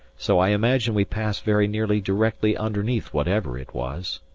so i imagine we passed very nearly directly underneath whatever it was.